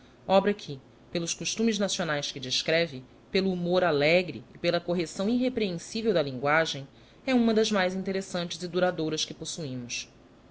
obra que pelos costumes nacionaes que descreve pelo humour alegre e pela correcção irreprehensivel da linguagem é uma das mais interessantes e duradouras que possuímos